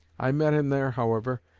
i met him there, however,